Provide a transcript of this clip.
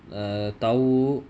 err thawu